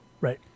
right